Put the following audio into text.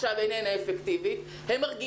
אם הבעיה היא שכר, אז בואו נדבר על שכר.